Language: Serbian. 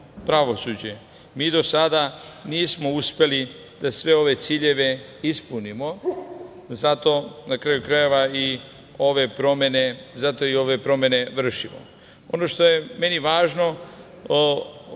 pravosuđe. Mi do sada nismo uspeli da sve ove ciljeve ispunimo. Zato na kraju krajeva i ove promene vršimo. Ono što je meni važno